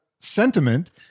sentiment